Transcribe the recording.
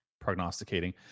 prognosticating